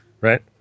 right